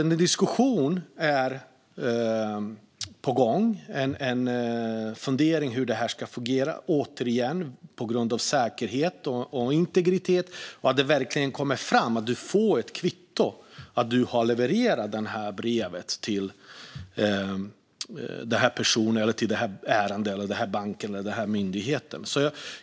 En diskussion pågår alltså och funderingar om hur det ska fungera med tanke på säkerhet och integritet. Man behöver få ett kvitto på att brevet har levererats till en person, en bank eller en myndighet.